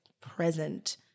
present